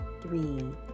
three